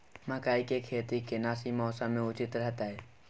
मकई के खेती केना सी मौसम मे उचित रहतय?